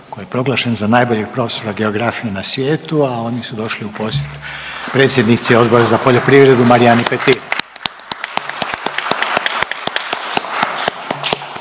koji je proglašen za najboljeg profesora geografije na svijetu, a oni su došli u posjet predsjednici Odbora za poljoprivredu Marijane Petir.